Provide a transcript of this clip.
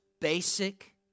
basic